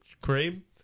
cream